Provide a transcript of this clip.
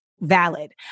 valid